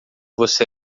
você